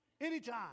Anytime